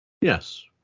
Yes